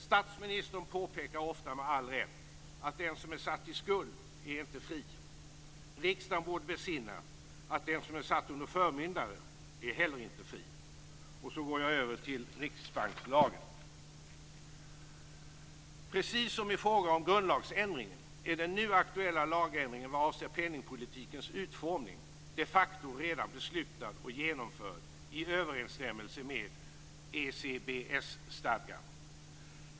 Statsministern påpekar ofta med all rätt att den som är satt i skuld inte är fri. Riksdagen borde besinna att den som är satt under förmyndare inte heller är fri. Därefter övergår jag till att tala om riksbankslagen. Precis som i fråga om grundlagsändringen är den nu aktuella lagändringen vad avser penningpolitikens utformning de facto redan beslutad och genomförd i överensstämmelse med ECBS-stadgan.